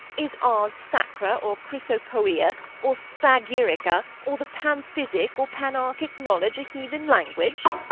is ars sacra, or chrysopoeia, or spagyrica, or the pamphysic, or panarchic knowledge, a heathen language?